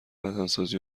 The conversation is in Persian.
بدنسازی